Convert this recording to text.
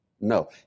No